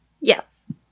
Yes